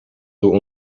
door